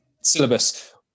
syllabus